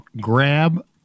grab